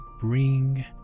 bring